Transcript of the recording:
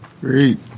Great